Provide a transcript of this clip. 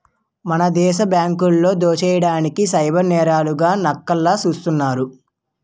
మన దేశ బ్యాంకులో దోసెయ్యడానికి సైబర్ నేరగాళ్లు నక్కల్లా సూస్తున్నారు